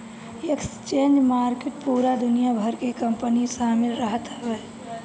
exchange market पूरा दुनिया भर के कंपनी शामिल रहत हवे